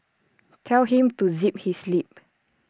tell him to zip his lip